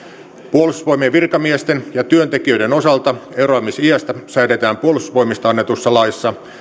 puolustusvoimien virkamiesten ja työntekijöiden osalta eroamisiästä säädetään puolustusvoimista annetussa laissa